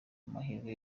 amahirwe